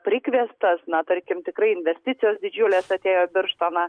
prikviestas na tarkim tikrai investicijos didžiulės atėjo į birštoną